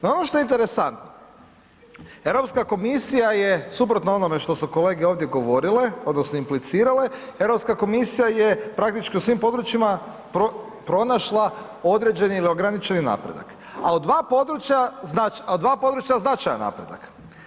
No ono što je interesantno, Europska komisija je suprotno onome što su kolege ovdje govorile odnosno implicirale, Europska komisija je praktički u svim područjima pronašla određeni ili ograničeni napredak, a u dva područja značajan napredak.